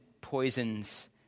poisons